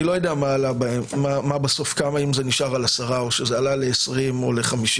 אני לא יודע אם זה בסוף נשאר על 10 או שזה עלה ל-20 או 50,